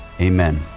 Amen